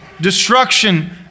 destruction